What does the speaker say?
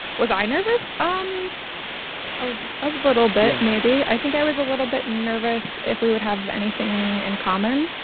was i nervous? um a a little bit. maybe. i think i was a little bit nervous if we would have anything in common.